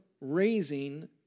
raising